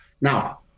Now